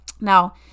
Now